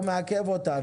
הוא מעכב אותנו.